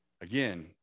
Again